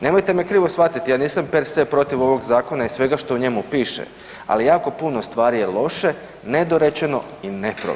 Nemojte me krivo shvatiti, ja nisam per se protiv ovog zakona i svega što u njemu piše, ali jako puno stvari je loše, nedorečeno i neprovedivo.